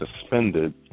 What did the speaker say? suspended